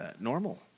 normal